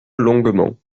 longuement